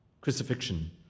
crucifixion